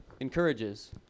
Encourages